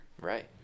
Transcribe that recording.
right